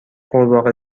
غورباغه